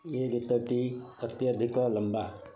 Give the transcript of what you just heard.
ଏ ଗୀତଟି ଅତ୍ୟଧିକ ଲମ୍ବା